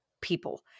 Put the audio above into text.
people